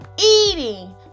eating